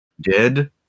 dead